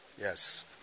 Yes